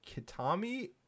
Kitami